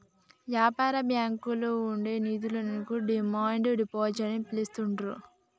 యాపార బ్యాంకుల్లో ఉండే నిధులను డిమాండ్ డిపాజిట్ అని పిలుత్తాండ్రు